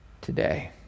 today